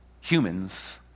humans